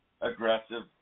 aggressive